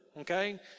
okay